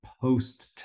post